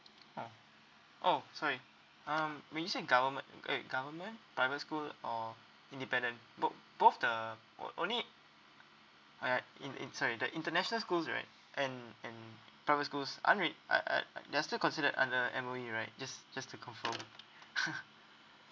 oh oh sorry um when you said government wait government private school or independent bo~ both the o~ only alright in~ in~ sorry the international schools right and and private schools aren't re~ uh uh they're still considered under M_O_E right just just to confirm